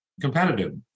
competitive